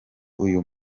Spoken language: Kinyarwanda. uyu